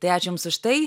tai aš jums už tai